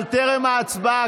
אבל טרם ההצבעה,